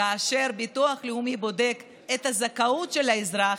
כאשר ביטוח לאומי בודק את הזכאות של האזרח,